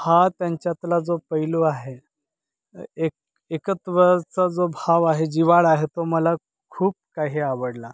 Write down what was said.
हा त्यांच्यातला जो पैलू आहे एक एकत्वचा जो भाव आहे जिव्हाळा आहे तो मला खूप काही आवडला